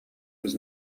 was